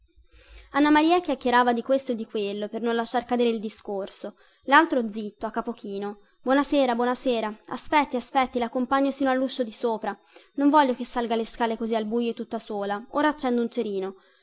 maria chiacchierava di questo e di quello per non lasciar cadere il discorso laltro zitto a capo chino buona sera buona sera aspetti aspetti laccompagno sino alluscio di sopra non voglio che salga le scale così al buio e tutta sola ora accendo un cerino